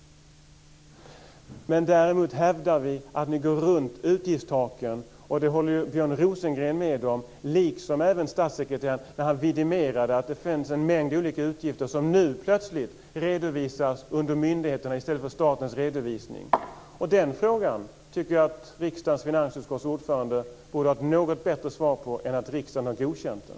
Däremot hävdar vi att ni går runt utgiftstaken, och det håller ju Björn Det gjorde även statssekreteraren när han vidimerade att det finns en mängd olika utgifter som nu plötsligt redovisas under myndigheterna i stället för i statens redovisning. Den frågan tycker jag att riksdagens finansutskotts ordförande borde ha ett något bättre svar på än att säga att riksdagen har godkänt det.